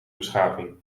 beschaving